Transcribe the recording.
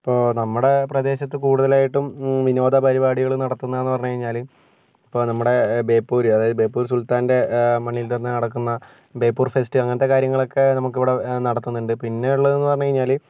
ഇപ്പോൾ നമ്മുടെ പ്രദേശത്ത് കൂടുതലായിട്ടും വിനോദ പരിപാടികൾ നടത്തുന്നു എന്ന് പറഞ്ഞ് കഴിഞ്ഞാൽ ഇപ്പോൾ നമ്മുടെ ബേപ്പൂർ അതായത് ബേപ്പൂർ സുൽത്താൻ്റെ മണ്ണിൽ തന്നെ നടക്കുന്ന ബേപ്പൂർ ഫെസ്റ്റ് അങ്ങനത്തെ കാര്യങ്ങളൊക്കെ നമുക്കിവിടെ നടത്തുന്നുണ്ട് പിന്നെ ഉള്ളത് എന്ന് പറഞ്ഞ് കഴിഞ്ഞാൽ